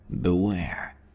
Beware